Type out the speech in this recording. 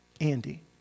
Andy